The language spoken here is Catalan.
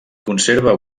conserva